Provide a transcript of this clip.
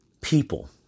People